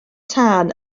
tân